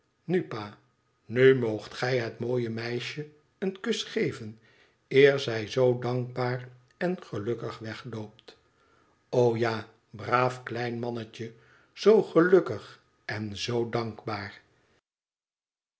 nu pa nu moogt gij het mooie meisje een kus geven eer zij zoo dankbaar en gelukkig wegloopt o ja braaf klein mannetje zoo gelukkig en zoo dankbaar